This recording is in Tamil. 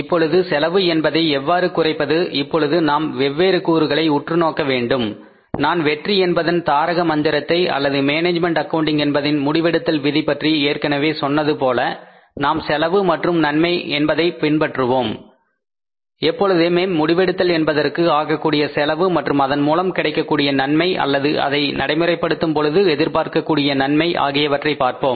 இப்பொழுது செலவு என்பதை எவ்வாறு குறைப்பது இப்பொழுது நாம் வெவ்வேறு கூறுகளை உற்றுநோக்க வேண்டும் நான் வெற்றி என்பதன் தாரக மந்திரத்தை அல்லது மேனேஜ்மெண்ட் அக்கவுண்டிங் என்பதின் முடிவெடுத்தல் விதி பற்றி ஏற்கனவே சொன்னது போல நாம் செலவு மற்றும் நன்மை என்பதை பின்பற்றுவோம் எப்பொழுதும் முடிவெடுத்தல் என்பதற்கு ஆகக்கூடிய செலவு மற்றும் அதன் மூலம் கிடைக்கக்கூடிய நன்மை அல்லது அதை நடைமுறைப்படுத்தும் பொழுது எதிர்பார்க்கக்கூடிய நன்மை ஆகியவற்றை பார்ப்போம்